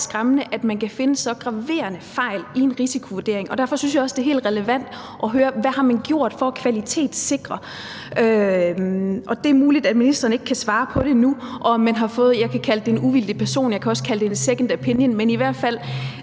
skræmmende, at man kan finde så graverende fejl i en risikovurdering, og derfor synes jeg også, det er helt relevant at høre: Hvad har man gjort for at kvalitetssikre den? Og det er muligt, at ministeren ikke kan svare på det nu. Det er også relevant at høre, om der har været, jeg kan kalde det en uvildig person, jeg kan også kalde det en second opinion. I hvert fald